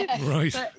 Right